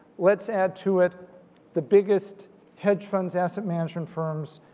let's add to it the biggest hedge funds asset management firms,